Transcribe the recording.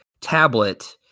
tablet